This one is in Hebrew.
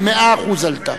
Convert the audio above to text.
ב-100% עלתה.